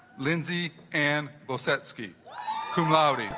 lindsay and vysotsky cum laude